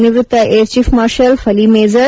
ನಿವೃತ್ತ air chief marshal Fali major